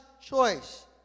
choice